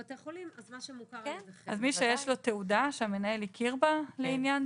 אם אתם מוסיפים כעת פרמדיק לתוספת, זה